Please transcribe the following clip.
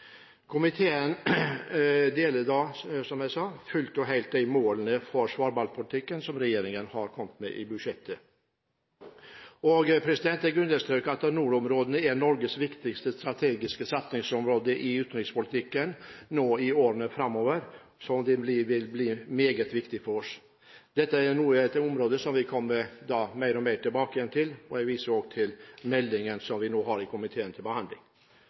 komiteen fullt og helt enig om målene for svalbardpolitikken som regjeringen har kommet med i budsjettet. Jeg understreker at nordområdene er Norges viktigste strategiske satsingsområde i utenrikspolitikken i årene framover, og det vil bli meget viktig for oss. Dette er et område som vi kommer mer og mer tilbake til. Jeg viser til meldingen som vi nå har til behandling.